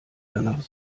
danach